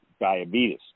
diabetes